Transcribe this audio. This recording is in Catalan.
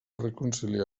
reconciliar